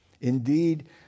Indeed